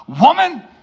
woman